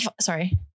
sorry